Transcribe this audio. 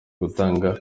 gutanga